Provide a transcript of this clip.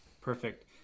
Perfect